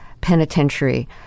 penitentiary